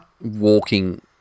walking